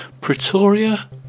Pretoria